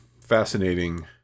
fascinating